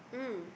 mm